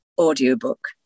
audiobook